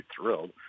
thrilled